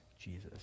jesus